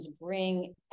bring